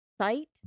site